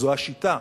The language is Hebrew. זו השיטה,